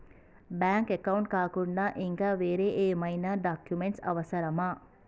Bank account కాకుండా ఇంకా వేరే ఏమైనా డాక్యుమెంట్స్ అవసరమా?